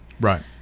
right